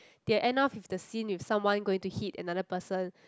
they end off the scene with someone going to hit another person